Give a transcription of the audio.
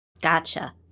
Gotcha